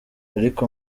ariko